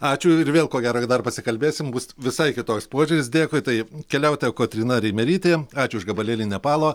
ačiū ir vėl ko gero dar pasikalbėsim bus visai kitoks požiūris dėkui tai keliautoja kotryna reimerytė ačiū už gabalėlį nepalo